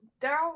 Daryl